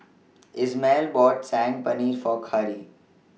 Ismael bought Saag Paneer For Khari